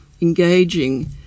engaging